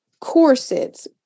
corsets